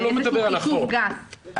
על החוק, אני,